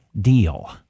deal